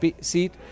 seat